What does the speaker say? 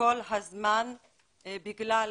כל הזמן בגלל